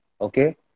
Okay